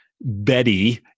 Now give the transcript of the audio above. Betty